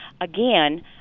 again